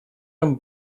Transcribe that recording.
een